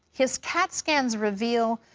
his cat scans reveal,